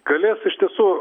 galės iš tiesų